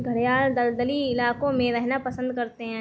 घड़ियाल दलदली इलाकों में रहना पसंद करते हैं